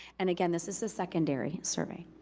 and again, this is a secondary survey.